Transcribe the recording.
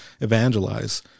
evangelize